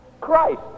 Christ